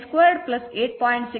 ಈ √ 10 28